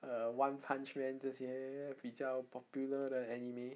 err one punch man 这些比较 popular 的 anime